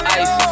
ice